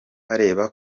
areba